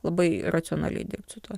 labai racionaliai dirbt su tuo